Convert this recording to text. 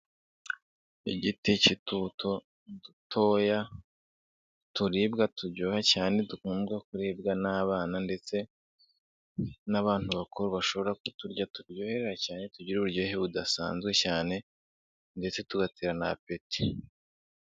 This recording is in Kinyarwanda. Igiti cy'utubuto dutoya turibwa turyoha cyane dukundwa kuribwa n'abana ndetse n'abantu bakuru bashobora kuturya, turyohera cyane tugira uburyohe budasanzwe cyane ndetse tugatera na apeti.